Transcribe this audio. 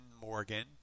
Morgan